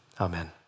Amen